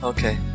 Okay